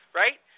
right